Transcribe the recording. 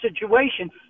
situation